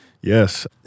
Yes